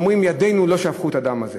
ידינו לא שפכו את הדם הזה.